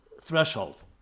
threshold